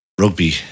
rugby